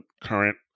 current